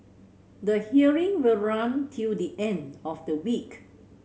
the hearing will run till the end of the week